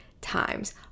times